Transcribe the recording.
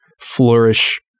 flourish